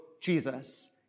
Jesus